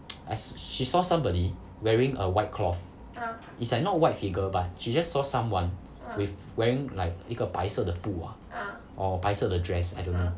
I she saw somebody wearing a white cloth is like not white figure but she just saw someone with wearing like 一个白色的布啊 or 白色的 dress I don't know